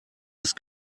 ist